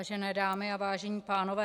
Vážené dámy a vážení pánové.